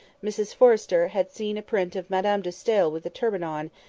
mrs forrester had seen a print of madame de stael with a turban on,